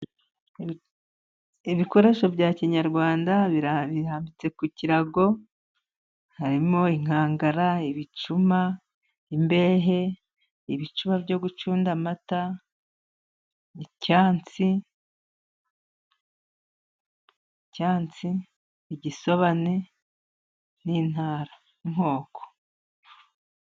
Ibikoresho bya kinyarwanda birahambitse ku kirago, harimo inkangara, ibicuma, imbehe, ibicuba byo gucunda amata, icyansi, icyansi, igisobane, n'intara n'inkoko.